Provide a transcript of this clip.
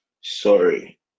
sorry